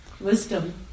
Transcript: wisdom